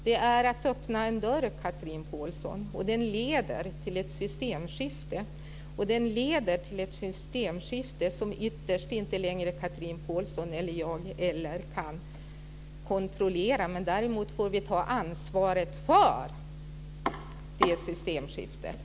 Detta är att öppna en dörr, Chatrine Pålsson, och den leder till ett systemskifte som ytterst varken Chatrine Pålsson eller jag längre kan kontrollera. Däremot får vi ta ansvaret för det systemskiftet.